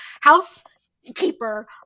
housekeeper